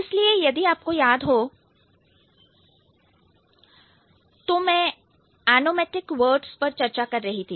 इसलिए यदि आपको याद हो तो मैं एनोमेटिक वर्ड्स पर चर्चा कर रही थी